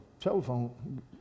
telephone